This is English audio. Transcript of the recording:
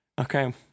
Okay